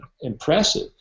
impressive